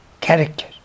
character